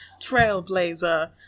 Trailblazer